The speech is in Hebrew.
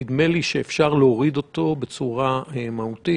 נדמה לי שאפשר להוריד אותו בצורה משמעותית.